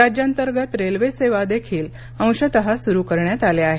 राज्यांतर्गत रेल्वे सेवा देखील अंशतः सुरु करण्यात आल्या आहेत